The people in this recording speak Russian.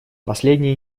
последние